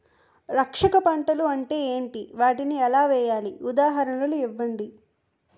రక్షక పంటలు అంటే ఏంటి? వాటిని ఎలా వేయాలి? ఉదాహరణలు ఇవ్వండి?